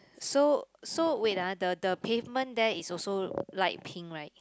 so so wait ah the the pavement there is also light pink right